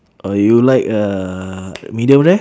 or you like uh medium rare